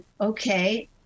okay